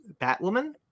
batwoman